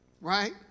right